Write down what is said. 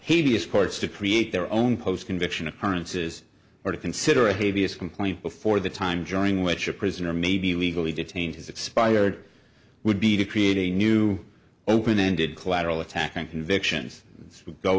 hideous courts to create their own post conviction occurrences or to consider a t v as complaint before the time during which a prisoner maybe we could be detained has expired would be to create a new open ended collateral attack and convictions